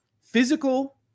physical